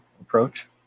approach